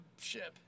ship